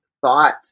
thought